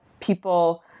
people